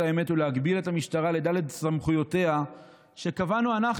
האמת ולהגביל את המשטרה לד' סמכויותיה שקבענו אנחנו,